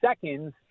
seconds